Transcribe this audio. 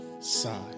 side